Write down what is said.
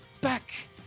back